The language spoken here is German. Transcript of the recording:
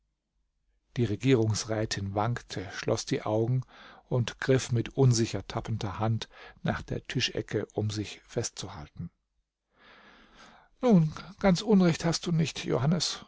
die regierungsrätin wankte schloß die augen und griff mit unsicher tappender hand nach der tischecke um sich festzuhalten nun ganz unrecht hast du nicht johannes